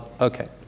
Okay